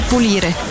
pulire